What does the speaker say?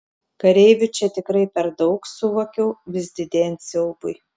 kareivių čia tikrai per daug suvokiau vis didėjant siaubui